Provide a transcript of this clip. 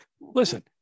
Listen